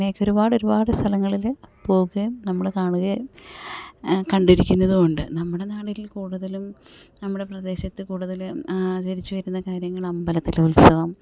അങ്ങനെയൊക്കൊരുപാടൊരുപാട് സ്ഥലങ്ങളിൽ പോകുകയും നമ്മൾ കാണുകയും കണ്ടിരിക്കുന്നതുമുണ്ട് നമ്മുടെ നാട്ടിൽ കൂടുതലും നമ്മുടെ പ്രദേശത്ത് കൂടുതൽ ആചരിച്ചു വരുന്ന കാര്യങ്ങൾ അമ്പലത്തിലുത്സവം